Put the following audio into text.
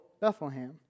Bethlehem